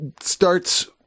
starts